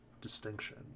distinction